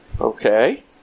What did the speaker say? Okay